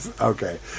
Okay